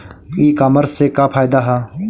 ई कामर्स से का फायदा ह?